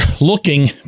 looking